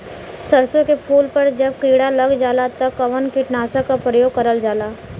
सरसो के फूल पर जब किड़ा लग जाला त कवन कीटनाशक क प्रयोग करल जाला?